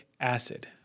acid